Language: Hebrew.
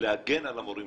להגן על המורים,